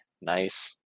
Nice